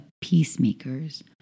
peacemakers